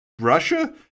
Russia